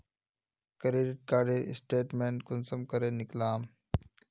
Credit कार्डेर statement कुंसम करे निकलाम?